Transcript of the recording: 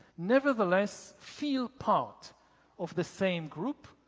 nevertheless feel part of the same group,